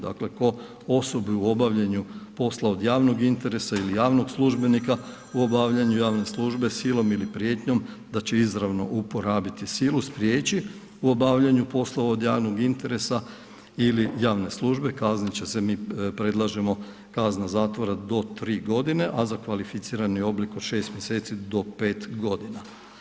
Dakle po osobi u obavljaju posla od javnog interesa ili javno službenika u obavljaju javne službe silom ili prijetnjom d će izravno uporabiti silu, spriječi u obavljaju poslova od javnog interesa ili javne službe kaznit će se, mi predlažemo kazna zatvora do 3 g. a za kvalificirani oblik od 6 mj. do 5 godina.